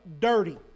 dirty